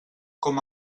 com